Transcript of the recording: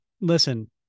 listen